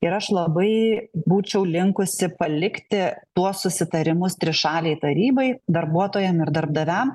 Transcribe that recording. ir aš labai būčiau linkusi palikti tuos susitarimus trišalei tarybai darbuotojam ir darbdaviam